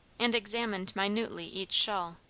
and examined minutely each shawl.